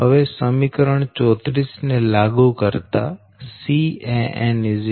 હવે સમીકરણ 34 ને લાગુ કરતા Can 0